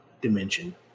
dimension